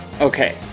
Okay